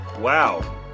Wow